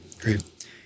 Great